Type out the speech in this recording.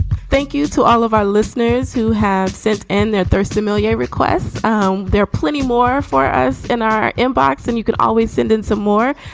thank you to all of our listeners who have said and their third familiar requests. um there are plenty more for us in our inbox and you can always send in some more.